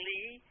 Lee